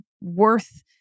worth